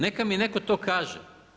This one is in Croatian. Neka mi netko to kaže.